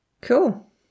Cool